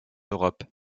europe